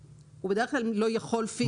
בדרך כלל הוא לא יכול פיזית.